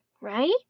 right